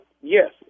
Yes